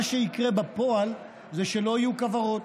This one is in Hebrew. מה שיקרה בפועל זה שלא יהיו כוורות.